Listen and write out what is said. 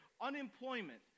unemployment